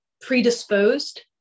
predisposed